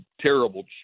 terrible